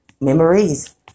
Memories